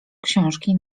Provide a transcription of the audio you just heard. książki